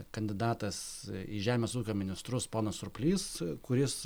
kandidatas į žemės ūkio ministrus ponas surplys kuris